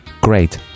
Great